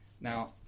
Now